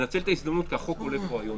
מנצל את ההזדמנות, כי החוק עולה פה היום.